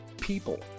people